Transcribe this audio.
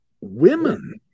women